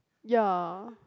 ya